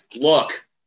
Look